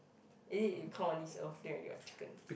is it it come on this earth then already got chicken